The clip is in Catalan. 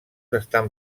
estan